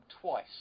twice